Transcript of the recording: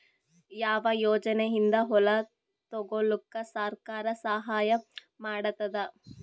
ಯಾವ ಯೋಜನೆಯಿಂದ ಹೊಲ ತೊಗೊಲುಕ ಸರ್ಕಾರ ಸಹಾಯ ಮಾಡತಾದ?